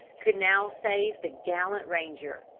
could now save the gallant ranger.